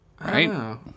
Right